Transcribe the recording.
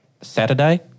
Saturday